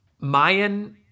Mayan